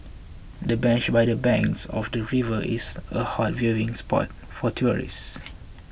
the bench by the banks of the river is a hot viewing spot for tourists